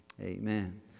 Amen